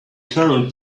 current